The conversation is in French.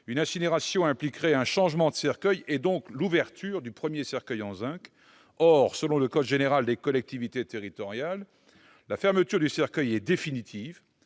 Une incinération impliquerait un changement de cercueil, donc l'ouverture du premier cercueil en zinc. Or, selon le code général des collectivités territoriales, la fermeture du cercueil est définitive,